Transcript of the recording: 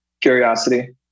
Curiosity